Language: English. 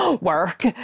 work